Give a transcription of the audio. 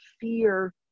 fear